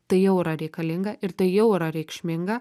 tai jau yra reikalinga ir tai jau yra reikšminga